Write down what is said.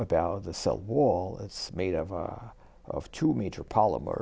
about the cell wall it's made of are two major polymer